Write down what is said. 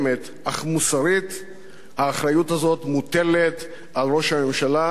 אך מוסרית האחריות הזאת מוטלת על ראש הממשלה,